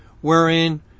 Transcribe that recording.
wherein